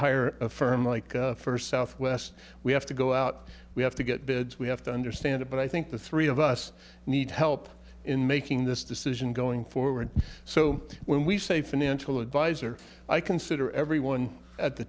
hire a firm like first southwest we have to go out we have to get bids we have to understand it but i think the three of us need help in making this decision going forward so when we say financial advisor i consider everyone at the